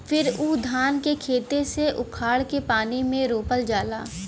फिर उ धान के खेते से उखाड़ के पानी में रोपल जाला